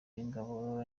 w’ingabo